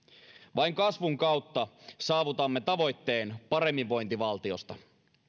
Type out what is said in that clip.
vain kasvun kautta saavutamme tavoitteen paremminvointivaltiosta